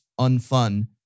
unfun